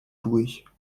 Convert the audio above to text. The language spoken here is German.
durch